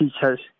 teachers